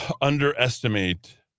underestimate